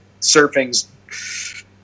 surfing's